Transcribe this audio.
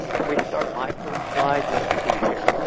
can we start my first slide? let's see here.